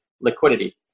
liquidity